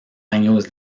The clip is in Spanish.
años